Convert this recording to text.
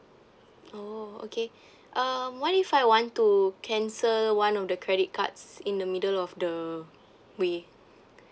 oh okay um what if I want to cancel one of the credit cards in the middle of the way